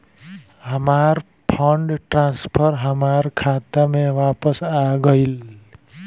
हमार fund transfer हमार खाता में वापस आ गइल